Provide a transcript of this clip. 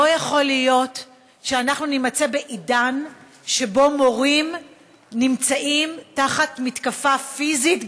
לא יכול להיות שאנחנו נימצא בעידן שבו מורים נמצאים תחת מתקפה פיזית,